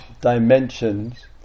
dimensions